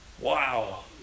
Wow